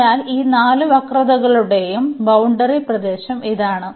അതിനാൽ ഈ നാല് വക്രതകളുടെയും ബൌണ്ടറി പ്രദേശം ഇതാണ്